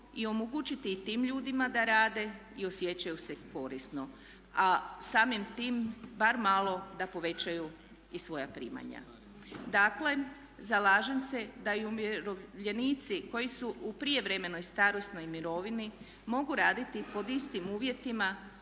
i omogućiti i tim ljudima da rade i osjećaju se korisno, a samim tim bar malo da povećaju i svoja primanja. Dakle, zalažem se da i umirovljenici koji su u prijevremenoj starosnoj mirovini mogu raditi pod istim uvjetima